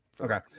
Okay